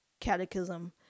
catechism